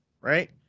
right